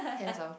hands off